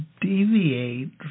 deviate